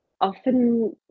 often